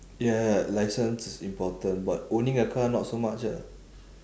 ya ya license is important but owning a car not so much ah